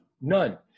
None